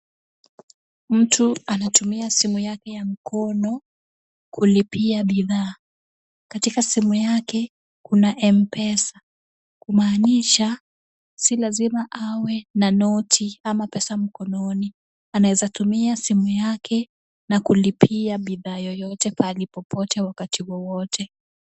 Mtu anatumia simu yake ya mkono kulipia bidhaa. Katika simu yake kuna mpesa kumaanisha si lazima awe na noti ama pesa mkononi anaweza lipia bidhaa yoyote pahali popote pahali popote.